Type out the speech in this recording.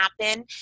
happen